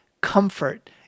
comfort